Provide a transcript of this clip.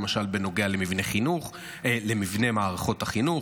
למשל בנוגע למבני מערכות החינוך.